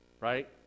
Right